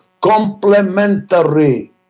complementary